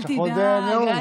יש לך עוד נאום.